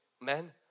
men